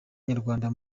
nyarwanda